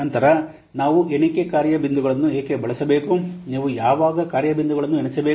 ನಂತರ ನಾವು ಎಣಿಕೆ ಕಾರ್ಯ ಬಿಂದುಗಳನ್ನು ಏಕೆ ಬಳಸಬೇಕು ನೀವು ಯಾವಾಗ ಕಾರ್ಯ ಬಿಂದುಗಳನ್ನು ಎಣಿಸಬೇಕು